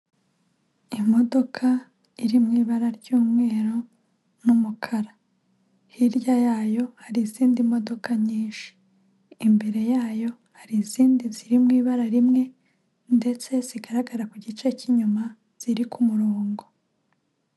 Imodoka iri mu ibara ry'umweru n'umukara. Hirya yayo hari izindi modoka nyinshi. Imbere yayo hari izindi ziri mu ibara rimwe ndetse zigaragara ku gice cy'inyuma ziri ku murongo.